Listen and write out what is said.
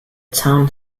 town